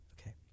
okay